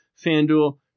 FanDuel